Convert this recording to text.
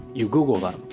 you google them.